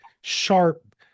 sharp